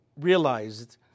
realized